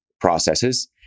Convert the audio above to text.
processes